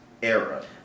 era